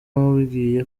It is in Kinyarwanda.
umubwiye